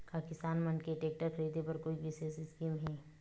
का किसान मन के टेक्टर ख़रीदे बर कोई विशेष स्कीम हे?